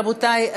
רבותיי,